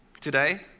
today